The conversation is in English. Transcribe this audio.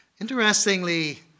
Interestingly